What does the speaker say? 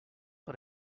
per